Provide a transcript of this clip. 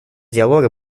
диалога